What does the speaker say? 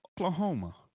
Oklahoma